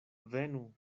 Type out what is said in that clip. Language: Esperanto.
venu